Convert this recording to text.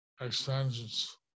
extensions